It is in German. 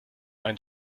einen